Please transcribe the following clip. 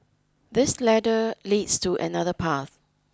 this ladder leads to another path